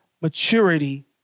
maturity